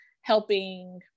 helping